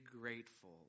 grateful